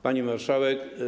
Pani Marszałek!